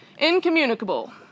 incommunicable